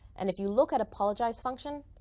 and if you look at apologize function,